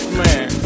man